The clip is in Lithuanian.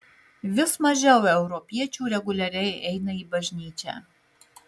vis mažiau europiečių reguliariai eina į bažnyčią